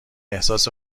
احساس